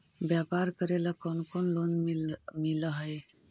व्यापार करेला कौन कौन लोन मिल हइ?